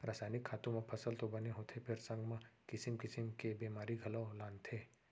रसायनिक खातू म फसल तो बने होथे फेर संग म किसिम किसिम के बेमारी घलौ लानथे